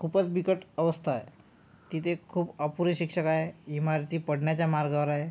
खूपच बिकट अवस्था आहे तिथे खूप अपुरे शिक्षक आहे इमारती पडण्याच्या मार्गावर आहे